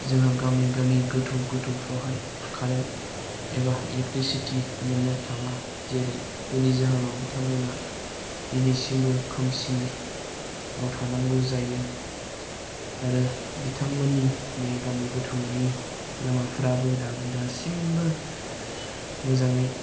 जोंहा गामि गामि गोथौ गोथौफ्रावहाय खारेन्ट एबा इलेकट्रिसिटि मोननो थाङा जेरै जेनि जाहोनाव बिथांमोना दिनैसिमबो खोमसि आव थानांगौ जायो आरो बिथांमोननि बे गामि गोथौनि लामाफोराबो दाबो दासिमबो मोजाङै